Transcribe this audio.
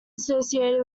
associated